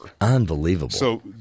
Unbelievable